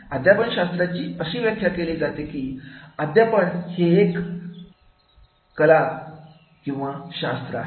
अध्यापन शास्त्राची अशी व्याख्या केली जाते की अध्यापन हे एक कला किंवा शास्त्र आहे